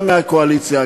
גם מהקואליציה,